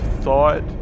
thought